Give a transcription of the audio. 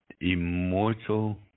Immortal